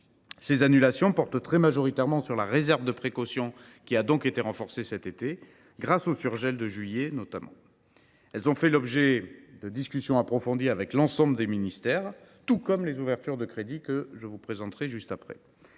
Ces annulations portent très majoritairement sur la réserve de précaution qui avait été renforcée cet été, grâce au surgel des crédits au mois de juillet. Elles ont fait l’objet de discussions approfondies avec l’ensemble des ministères, tout comme les ouvertures de crédits que je vous présenterai ensuite.